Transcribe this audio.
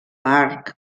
arc